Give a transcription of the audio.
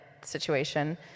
situation